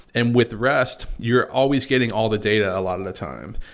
and, with rest you're always getting all the data a lot of the times.